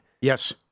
Yes